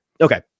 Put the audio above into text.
okay